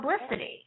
publicity